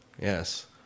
Yes